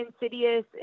Insidious